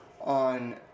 on